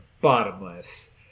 bottomless